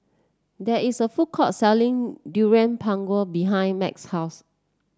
there is a food court selling Durian Pengat behind Max's house